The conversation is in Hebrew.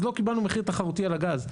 אז לא קיבלנו מחיר תחרותי על הגז.